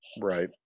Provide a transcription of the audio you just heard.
Right